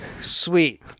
Sweet